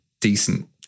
decent